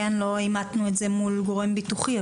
לא אימתנו את זה מול גורם ביטוחי,